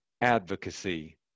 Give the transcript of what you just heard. advocacy